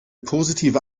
positive